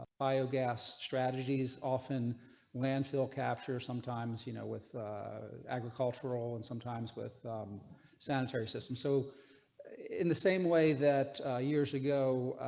biogas strategies often landfill capture sometimes you know with agricultural and sometimes with sanitary system. so in the same way that years ago.